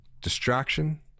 Distraction